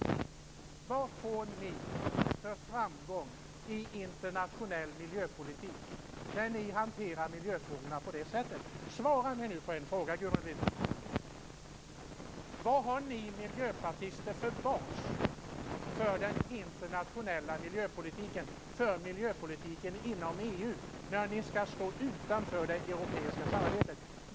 Vad når ni för framgång i internationell miljöpolitik när ni hanterar miljöfrågorna på det sättet? Svara mig på en fråga, Gudrun Lindvall: Vilken bas har ni miljöpartister för den internationella miljöpolitiken, för miljöpolitiken inom EU, när ni vill stå utanför det europeiska samarbetet?